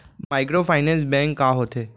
Microfinance bank का होथे?